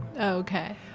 Okay